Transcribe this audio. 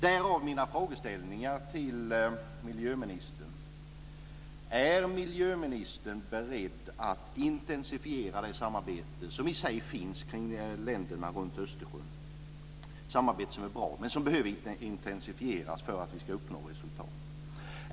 Därav mina frågor till miljöministern: Är miljöministern beredd att intensifiera det samarbete som i sig finns kring länderna runt Östersjön? Det är ett samarbete som är bra men som behöver intensifieras för att vi ska uppnå resultat.